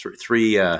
three –